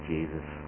Jesus